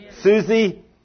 Susie